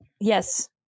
yes